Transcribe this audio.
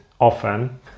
often